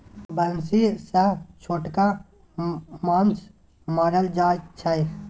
बंसी सँ छोटका माछ मारल जाइ छै